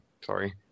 sorry